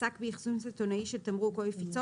עסק באחסון סיטונאי של תמרוק או הפיצו